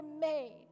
made